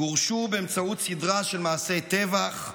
גורשו באמצעות סדרה של מעשי טבח,